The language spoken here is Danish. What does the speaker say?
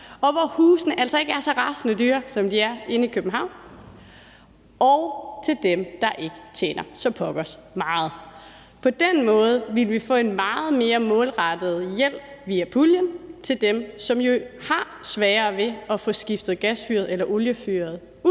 og hvor husene altså ikke er så rasende dyre, som de er i København, og til dem, der ikke tjener så pokkers meget. På den måde vil vi få en meget mere målrettet hjælp via puljen til dem, som har sværere ved at få skiftet gasfyret eller oliefyret ud,